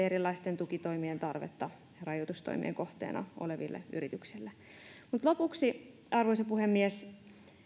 erilaisten tukitoimien tarvetta rajoitustoimien kohteena oleville yrityksille lopuksi arvoisa puhemies